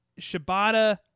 Shibata